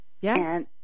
Yes